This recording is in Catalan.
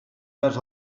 vers